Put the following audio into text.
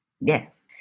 Yes